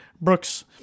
Brooks